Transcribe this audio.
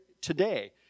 today